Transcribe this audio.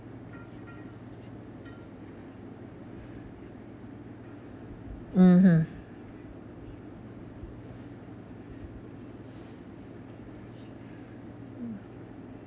mmhmm